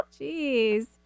Jeez